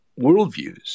worldviews